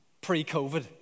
pre-COVID